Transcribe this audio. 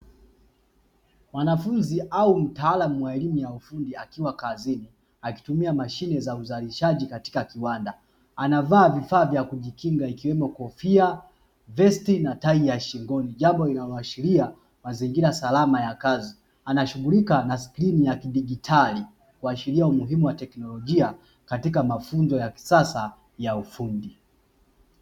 Wanafunzi au mtaalamu wa elimu ya ufundi akiwa kazini akitumia mashine za uzalishaji katika kiwanda, anavaa vifaa vya kujikinga ikiwemo kofia vesti na tai ya shingoni, jambo linaloashiria mazingira salama ya kazi. Anashughulika na skrini ya kidijitali kuashiria umuhimu wa teknolojia, katika mafunzo ya kisasa ya ufundi.